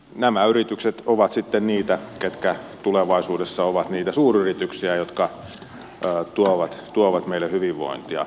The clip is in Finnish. nämä yritykset ovat sitten niitä jotka tulevaisuudessa ovat niitä suuryrityksiä jotka tuovat meille hyvinvointia